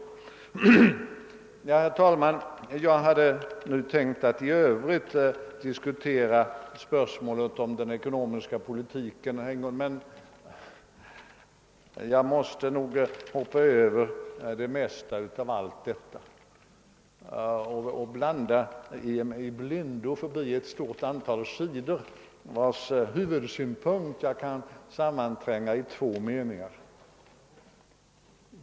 Herr talman! Jag hade i övrigt tänkt diskutera den ekonomiska politiken, men jag måste nog hoppa över det mesta. Jag bläddrar förbi ett stort antal sidor i mitt manuskript, vilkas huvudsynpunkt jag kanske kan sammantränga i två meningar.